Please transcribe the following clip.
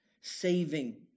saving